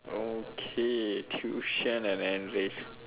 okay tuition and enrich